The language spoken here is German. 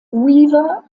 weaver